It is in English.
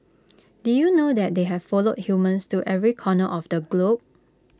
did you know that they have followed humans to every corner of the globe